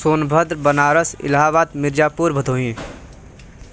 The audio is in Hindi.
सोनभद्र बनारस इलाहाबाद मिर्जापुर भदोही